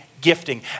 gifting